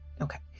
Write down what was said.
Okay